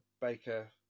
Baker